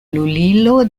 lulilo